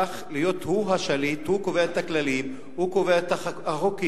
הוא הפך להיות השליט והוא קובע את הכללים והוא קובע את החוקים,